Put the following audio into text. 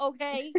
Okay